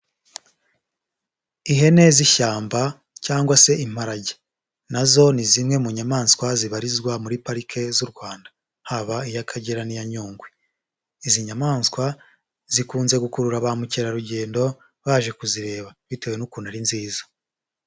Ihene z'ishyamba cyangwa se imparage, na zo ni zimwe mu nyamaswa zibarizwa muri parike z'u Rwanda, haba iy'Akagera n'iya Nyungwe, izi nyamaswa zikunze gukurura ba mukerarugendo baje kuzireba, bitewe n'ukuntu ari nziza.